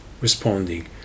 responding